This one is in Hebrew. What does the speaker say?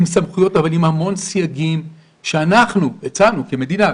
עם סמכויות והמון סייגים שאנחנו הצענו כמדינה,